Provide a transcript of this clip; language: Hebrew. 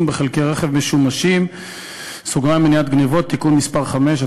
פעולות בחלקי רכב משומשים (מניעת גנבות) (תיקון מס' 5),